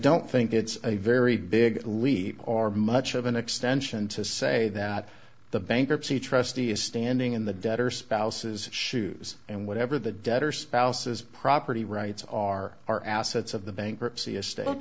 don't think it's a very big leap are much of an extension to say that the bankruptcy trustee is standing in the debtor spouse's shoes and whatever the debtor spouse's property rights are are assets of the bankruptcy